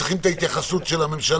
צריכים את ההתייחסות של הממשלה.